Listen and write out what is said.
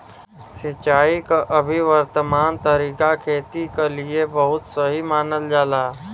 सिंचाई क अभी वर्तमान तरीका खेती क लिए बहुत सही मानल जाला